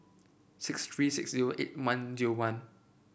six three six zero eight one zero one